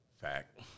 Fact